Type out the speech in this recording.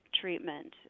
treatment